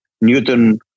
Newton